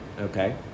okay